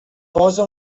posa